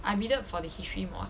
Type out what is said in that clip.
I bided for the history mod